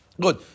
Good